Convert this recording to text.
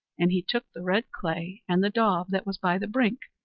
and he took the red clay and the daub that was by the brink,